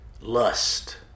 lust